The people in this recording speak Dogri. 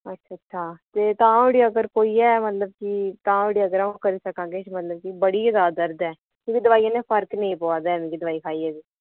अच्छ अच्छा ते तां धोड़ी अगर कोई है मतलब कि तां धोड़ी अगर अ'ऊं करी सकां किश मतलब कि बड़ी जैदा दर्द ऐ क्यूंकि दवाइयै ने फर्क नेईं पवै दा ऐ मिकी दवाई खाइयै बी